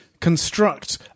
construct